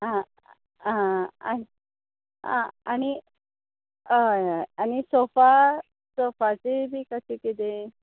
आं आं आं आनी आं आनी हय हय आनी सोफा सोफाचें बी कशें किदें